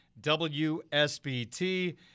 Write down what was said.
WSBT